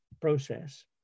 process